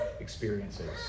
experiences